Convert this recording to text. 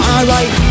Alright